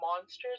monsters